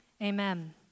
Amen